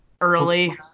early